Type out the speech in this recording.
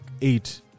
eight